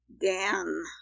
Dan